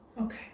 Okay